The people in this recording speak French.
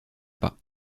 pas